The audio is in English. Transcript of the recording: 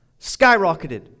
skyrocketed